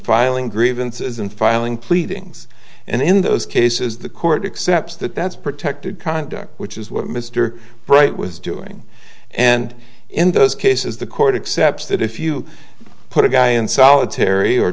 filing grievances and filing pleadings and in those cases the court accepts that that's protected conduct which is what mr bright was doing and in those cases the court accept that if you put a guy in solitary or